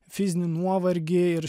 fizinį nuovargį ir